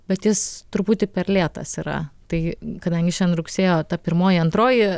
bet jis truputį per lėtas yra tai kadangi šiandien rugsėjo ta pirmoji antroji